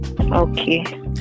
Okay